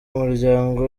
umuryango